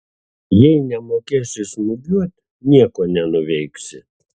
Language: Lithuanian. jei nemokėsi smūgiuot nieko nenuveiksi